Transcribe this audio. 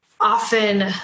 often